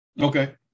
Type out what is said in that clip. Okay